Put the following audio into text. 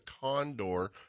condor